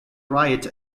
riot